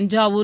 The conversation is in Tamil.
தஞ்சாவூர்